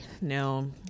No